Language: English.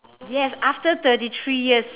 yes after thirty three years